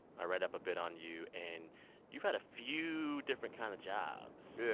i read up a bit on you. and you've had a few different kind of jobs. yeah